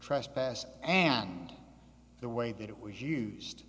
trespass and the way that it was used